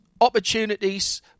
opportunities